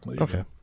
Okay